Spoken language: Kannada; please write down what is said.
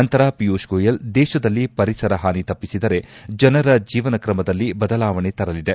ನಂತರ ಪಿಯೂಷ್ ಗೋಯಲ್ ದೇಶದಲ್ಲಿ ಪರಿಸರ ಹಾನಿ ತಪ್ಪಿಸಿದರೆ ಜನರ ಜೀವನ ಕ್ರಮದಲ್ಲಿ ಬದಲಾವಣೆ ತರಲಿದೆ